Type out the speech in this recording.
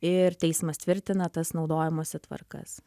ir teismas tvirtina tas naudojimosi tvarkas